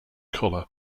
colour